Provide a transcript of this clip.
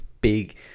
big